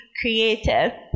creative